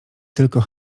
tylko